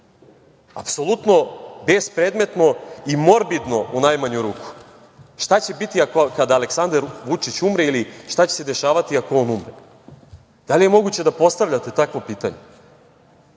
Apsolutno bespredmetno i morbidno u najmanju ruku. Šta će biti kada Aleksandar Vučić umre ili šta će se dešavati ako on umre? Da li je moguće da postavljate takvo pitanje?